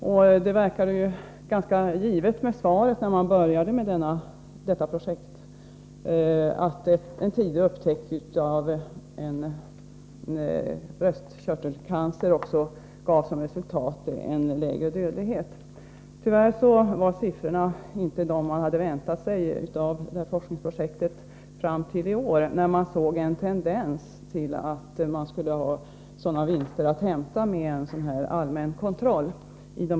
Svaret verkade ju ganska givet när man började med dessa projekt — att en tidig upptäckt av bröstkörtelcancer också ger som resultat en lägre dödlighet. Tyvärr var siffrorna inte de som man hade väntat sig fram till i år, när man såg en tendens till att det skulle finnas vinster i människoliv att hämta med en allmän kontroll.